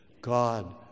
God